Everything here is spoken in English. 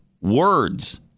words